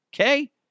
Okay